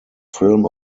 film